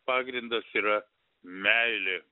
pagrindas yra meilė